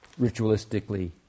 ritualistically